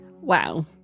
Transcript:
Wow